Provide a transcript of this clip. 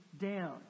down